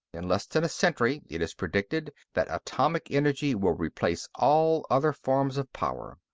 in less than a century, it's predicted that atomic energy will replace all other forms of power.